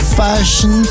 fashion